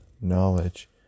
knowledge